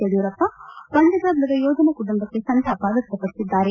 ಯಡಿಯೂರಪ್ಪ ಮಂಡ್ಕದ ಮೃತ ಯೋಧನ ಕುಟುಂಬಕ್ಕೆ ಸಂತಾಪ ವ್ಯಕ್ತ ಪಡಿಸಿದ್ದಾರೆ